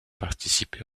participer